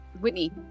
Whitney